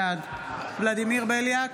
בעד ולדימיר בליאק,